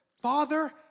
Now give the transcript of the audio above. Father